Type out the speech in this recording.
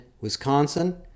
Wisconsin